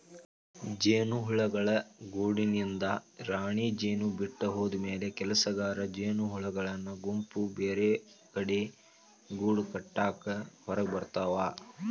ಜೇನುಹುಳದ ಗೂಡಿನಿಂದ ರಾಣಿಜೇನು ಬಿಟ್ಟ ಹೋದಮ್ಯಾಲೆ ಕೆಲಸಗಾರ ಜೇನಹುಳಗಳ ಗುಂಪು ಬೇರೆಕಡೆ ಗೂಡಕಟ್ಟಾಕ ಹೊರಗಬರ್ತಾವ